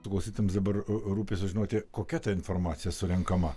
klausytojams dabar rūpi sužinoti kokia ta informacija surenkama